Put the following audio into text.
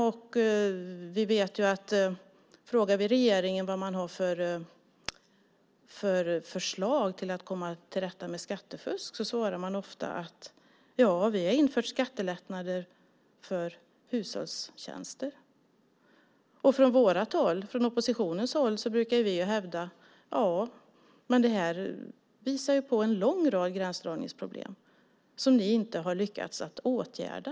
Om man frågar regeringen vilka förslag de har för att komma till rätta med skattefusk blir svaret ofta att de infört skattelättnader för hushållstjänster. Från oppositionens håll brukar vi hävda att det visar på en lång rad gränsdragningsproblem som regeringen inte lyckats åtgärda.